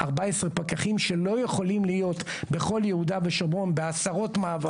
14 פקחים שלא יכולים להיות בכל יהודה ושומרון בעשרות מעברים.